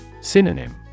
Synonym